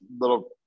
little